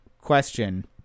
question